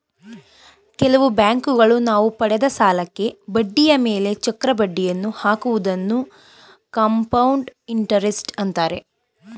ಕೆಲವು ಬ್ಯಾಂಕುಗಳು ನಾವು ಪಡೆದ ಸಾಲಕ್ಕೆ ಬಡ್ಡಿಯ ಮೇಲೆ ಚಕ್ರ ಬಡ್ಡಿಯನ್ನು ಹಾಕುವುದನ್ನು ಕಂಪೌಂಡ್ ಇಂಟರೆಸ್ಟ್ ಅಂತಾರೆ